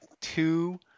two